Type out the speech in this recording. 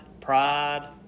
pride